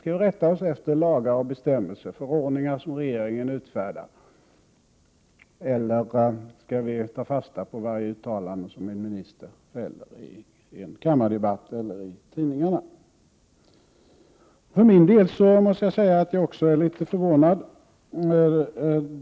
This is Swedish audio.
Skall vi rätta oss efter lagar och bestämmelser, förordningar som regeringen utfärdar, eller skall vi ta fasta på uttalanden som en minister fäller i en kammardebatt eller i tidningarna? För min del måste jag säga att jag är förvånad.